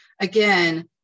again